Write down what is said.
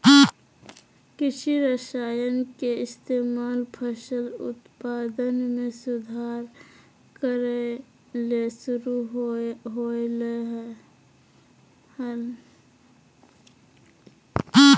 कृषि रसायन के इस्तेमाल फसल उत्पादन में सुधार करय ले शुरु होलय हल